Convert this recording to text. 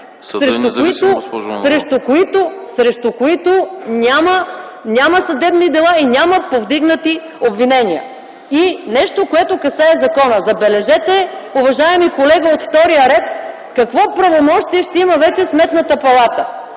...срещу които няма съдебни дела и няма повдигнати обвинения. И нещо, което касае закона. Забележете, уважаеми колега от втория ред, какво правомощие ще има вече Сметната палата?